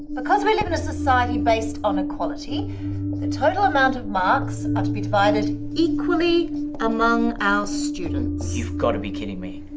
because we live in a society based on equality the total amount of marks ought to be divided equally among our students. you've got to be kidding me!